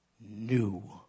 new